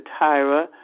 Tyra